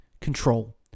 control